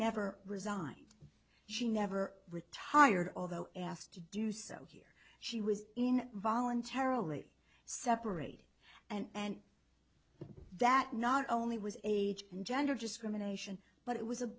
never resigned she never retired although asked to do so here she was in voluntarily separated and that not only was age and gender discrimination but it was a